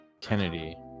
Kennedy